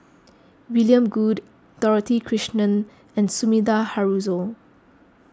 William Goode Dorothy Krishnan and Sumida Haruzo